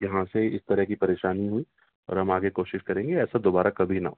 یہاں سے اس طرح کی پریشانی ہوئی اور ہم آگے کوشش کریں گے ایسا دوبارہ کبھی نہ ہو